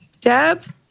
Deb